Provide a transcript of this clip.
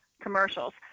commercials